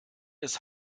des